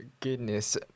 Goodness